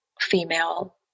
female